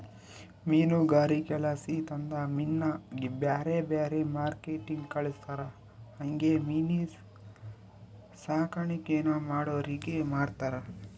ಮೀನುಗಾರಿಕೆಲಾಸಿ ತಂದ ಮೀನ್ನ ಬ್ಯಾರೆ ಬ್ಯಾರೆ ಮಾರ್ಕೆಟ್ಟಿಗೆ ಕಳಿಸ್ತಾರ ಹಂಗೆ ಮೀನಿನ್ ಸಾಕಾಣಿಕೇನ ಮಾಡೋರಿಗೆ ಮಾರ್ತಾರ